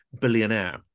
billionaire